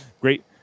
Great